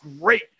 great